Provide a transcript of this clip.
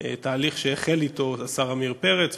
תהליך שהחל עוד השר עמיר פרץ,